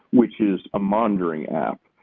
which is a monitoring app,